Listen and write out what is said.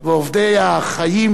ואוהבי החיים,